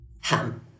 ham